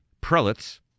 prelates